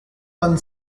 vingt